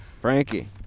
Frankie